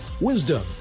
Wisdom